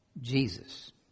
Jesus